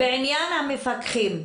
בעניין המפקחים,